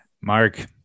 Mark